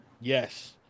Yes